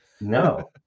No